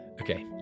Okay